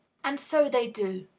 and so they do.